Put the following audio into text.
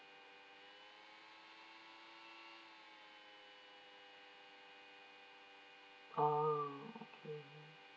oh okay